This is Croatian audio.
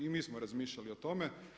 I mi smo razmišljali o tome.